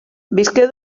visqué